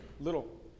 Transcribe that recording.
little